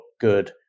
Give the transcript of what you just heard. good